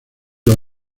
los